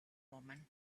woman